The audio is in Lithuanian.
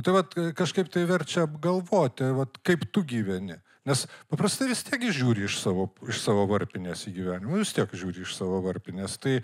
tai vat kažkaip tai verčia apgalvoti vat kaip tu gyveni nes paprastai vis tiek gi žiūri iš savo iš savo varpinės į gyvenimą vis tiek žiūri iš savo varpinės tai